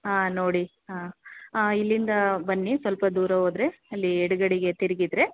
ಹಾಂ ನೋಡಿ ಹಾಂ ಹಾಂ ಇಲ್ಲಿಂದ ಬನ್ನಿ ಸ್ವಲ್ಪ ದೂರ ಹೋದರೆ ಅಲ್ಲಿ ಎಡಗಡೆಗೆ ತಿರುಗಿದರೆ